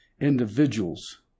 individuals